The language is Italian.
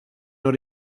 non